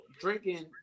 drinking